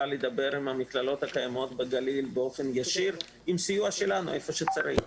לדבר עם המכללות הקיימות בגליל באופן ישיר עם סיוע שלנו איפה שצריך.